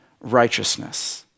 righteousness